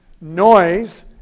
noise